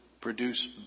produce